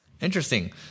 Interesting